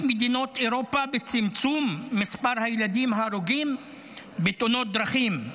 מדינות אירופה בצמצום מספר הילדים ההרוגים בתאונות דרכים.